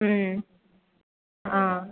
ம் ஆ